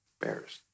bears